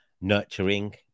nurturing